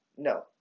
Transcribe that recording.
No